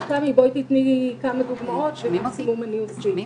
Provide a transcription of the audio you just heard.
תמי, בואי תציגי כמה דוגמאות ומקסימום אני אוסיף.